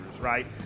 right